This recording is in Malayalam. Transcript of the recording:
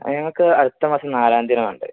അത് ഞങ്ങൾക്ക് അടുത്ത മാസം നാലാം തീയതിയാണ് വേണ്ടത്